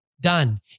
Done